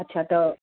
अच्छा त